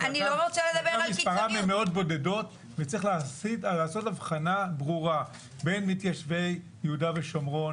מספרם בודד מאוד וצריך לעשות הבחנה ברורה בין מתיישבי יהודה ושומרון